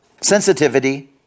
sensitivity